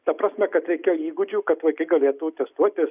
ta prasme kad reikia įgūdžių kad vaikai galėtų testuotis